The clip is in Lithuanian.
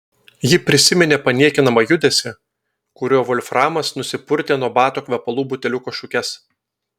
ji prisiminė paniekinamą judesį kuriuo volframas nusipurtė nuo bato kvepalų buteliuko šukes